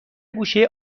گوشه